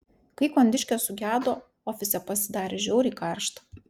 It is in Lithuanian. kai kondiškė sugedo ofise pasidarė žiauriai karšta